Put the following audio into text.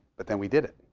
but then we did it.